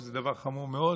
שזה דבר חמור מאוד,